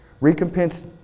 Recompense